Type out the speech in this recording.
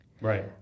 Right